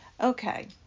okay